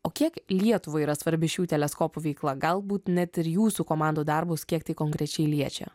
o kiek lietuvai yra svarbi šių teleskopų veikla galbūt net ir jūsų komandų darbus kiek tai konkrečiai liečia